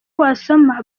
wasoma